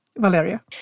Valeria